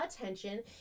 attention